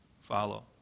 follow